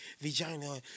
vagina